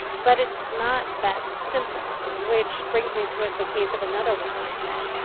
but it's not that simple, which brings me to ah the case of another woman i met,